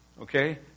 okay